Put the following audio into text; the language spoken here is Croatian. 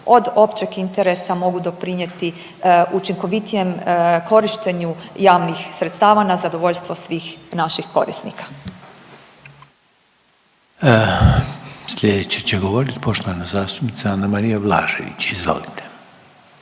od općeg interesa, mogu doprinijeti učinkovitijem korištenju javnih sredstava na zadovoljstvo svih naših korisnika. **Reiner, Željko (HDZ)** Sljedeća će govoriti poštovana zastupnica Anamarija Blažević, izvolite.